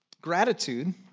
Gratitude